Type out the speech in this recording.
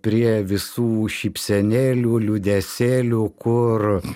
prie visų šypsenėlių liūdesėlių kur